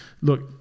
look